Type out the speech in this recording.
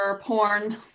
porn